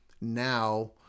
now